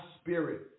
spirit